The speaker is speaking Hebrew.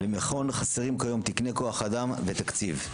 למכון חסרים כיום תקני כוח אדם ותקציב.